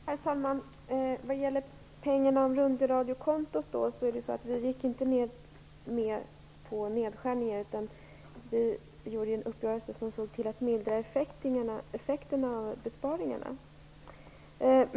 Herr talman! Vad gäller pengarna på rundradiokontot gick vi inte med på nedskärningar utan träffade en överenskommelse för att mildra effekterna av besparingarna.